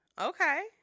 okay